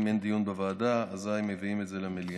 אם אין דיון בוועדה, אזי מביאים את זה למליאה.